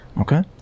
Okay